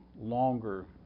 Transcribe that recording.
longer